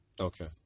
Okay